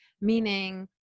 meaning